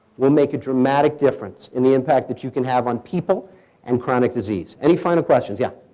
we'll make a dramatic difference in the impact that you can have on people and chronic disease. any final questions? yeah.